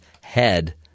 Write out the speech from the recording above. head